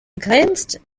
grenzt